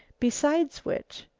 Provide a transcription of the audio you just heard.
besides which,